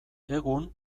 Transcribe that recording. egun